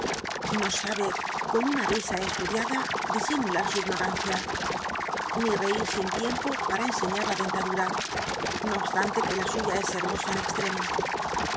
no sabe con una risa estudiada disimular su ignorancia ni reir sin tiempo para enseñar la dentadura no obstante que la suya es hermosa en extremo